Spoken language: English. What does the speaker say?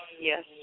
Yes